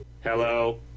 Hello